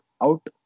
out